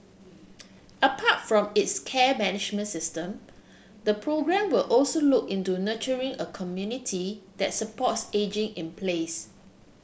apart from its care management system the programme will also look into nurturing a community that supports ageing in place